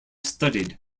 studied